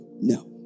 no